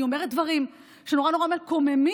אני אומרת דברים שנורא נורא מקוממים.